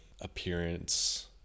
appearance